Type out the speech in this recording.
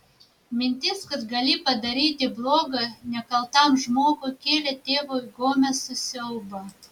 mintis kad gali padaryti bloga nekaltam žmogui kėlė tėvui gomesui siaubą